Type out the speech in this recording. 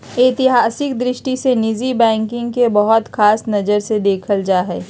ऐतिहासिक दृष्टि से निजी बैंकिंग के बहुत ख़ास नजर से देखल जा हइ